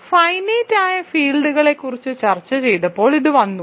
finite ആയ ഫീൽഡുകളെക്കുറിച്ച് ചർച്ച ചെയ്തപ്പോൾ ഇത് വന്നു